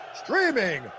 streaming